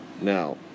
Now